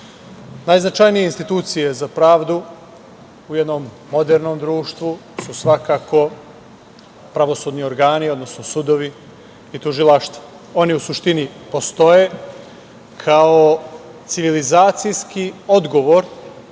Najznačajnije institucije za pravdu u jednom modernom društvu su svakako pravosudni organi odnosno sudovi i tužilaštva. Oni u suštini postoje kao civilizacijski odgovor